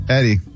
Eddie